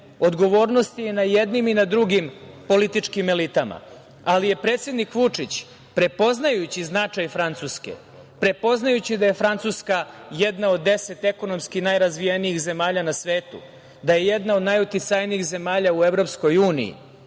Odgovornost je i na jednim i na drugim političkim elitama, ali je predsednik Vučić prepoznajući značaj Francuske, prepoznajući da je Francuska jedna od 10 ekonomski najrazvijenijih zemalja na svetu, da je jedna od najuticajnijih zemalja u Evropskoj uniji